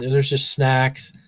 there's there's just snacks,